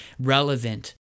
relevant